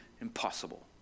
impossible